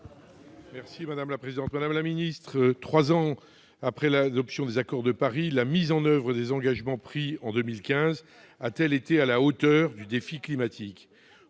Madame la secrétaire d'État, trois ans après l'adoption de l'accord de Paris, la mise en oeuvre des engagements pris en 2015 a-t-elle été à la hauteur du défi climatique ?